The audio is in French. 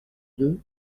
deux